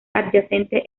adyacente